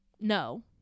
No